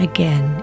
Again